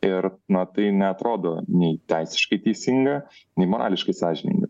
ir na tai neatrodo nei teisiškai teisinga nei morališkai sąžininga